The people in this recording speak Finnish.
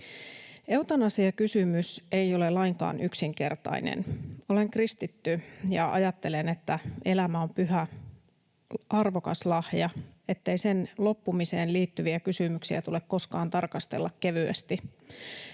Eutanasiakysymys ei ole lainkaan yksinkertainen. Olen kristitty ja ajattelen, että elämä on pyhä, arvokas lahja, niin ettei sen loppumiseen liittyviä kysymyksiä tule koskaan tarkastella kevyesti.